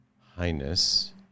highness